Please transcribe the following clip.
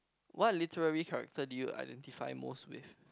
what literally character do you identify most with